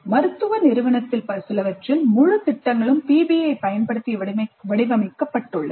மருத்துவ நிறுவனத்தில் சிலவற்றில் முழு திட்டங்களும் PBI பயன்படுத்தி வடிவமைக்கப்பட்டுள்ளன